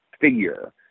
figure